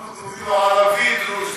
אנחנו קוראים לו ערבי דרוזי.